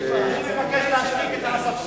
אני מבקש להשתיק את האספסוף.